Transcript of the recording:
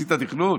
עשית תכנון?